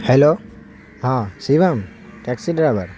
hello ہاں Shivam taxi driver